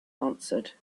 answered